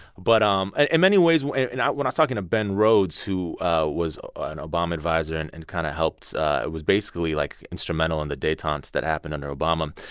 but um and in many ways when and i was talking to ben rhodes, who was an obama adviser and and kind of helped was basically, like, instrumental in the detente that happened under obama,